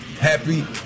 Happy